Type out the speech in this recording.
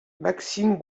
maxim